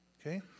Okay